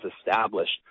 established